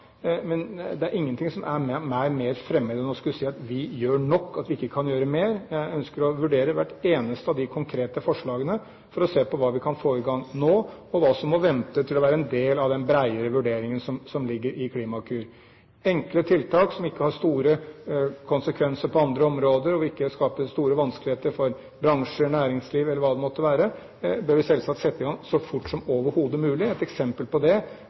Men det er ingenting som er meg mer fremmed enn å skulle si at vi gjør nok, at vi ikke kan gjøre mer. Jeg ønsker å vurdere hvert eneste av de konkrete forslagene for å se på hva vi kan få i gang nå, og hva som må vente og være en del av den bredere vurderingen som ligger i Klimakur. Enkle tiltak som ikke får store konsekvenser på andre områder, og som ikke skaper store vanskeligheter for bransjer, næringsliv eller hva det måtte være, bør vi selvsagt sette i gang så fort som overhodet mulig. Eksempel på det